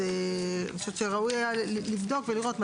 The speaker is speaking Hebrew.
אני חושבת שראוי היה לבדוק ולראות,